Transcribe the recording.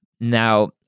Now